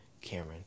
Cameron